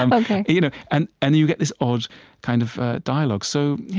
and but you know and and you get this odd kind of dialogue. so, yeah,